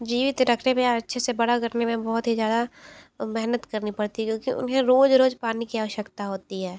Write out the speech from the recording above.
जीवित रखने में या अच्छे से बड़ा करने में बहुत ही ज़्यादा मेहनत करनी पड़ती क्योंकि उन्हें रोज़ रोज़ पानी की आवश्यकता होती है